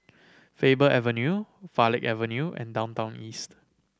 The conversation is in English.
Faber Avenue Farleigh Avenue and Downtown East